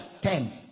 Ten